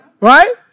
Right